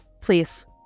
please